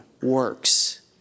works